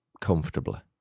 Comfortably